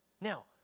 Now